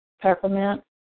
Peppermint